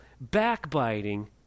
backbiting